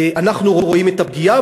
אנחנו רואים את הפגיעה,